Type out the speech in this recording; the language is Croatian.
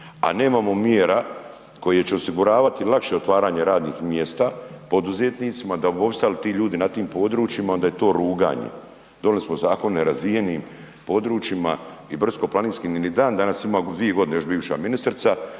a nemamo mjera koje će osiguravati lakše otvaranje radnih mjesta poduzetnicima da bi opstali ti ljudi na tim područjima onda je to ruganje. Donijeli smo zakon o nerazvijenim područjima i brdsko-planinskim ni dan danas ima dvije godine još bivša ministrica,